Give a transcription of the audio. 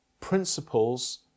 principles